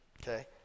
okay